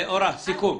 אורה, סיכום.